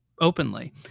openly